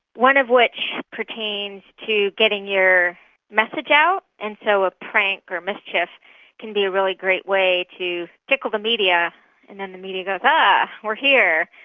one of which pertains to getting your message out and so a prank or mischief can be a really great way to tickle the media and then the media goes, ah, but we're here,